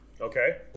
Okay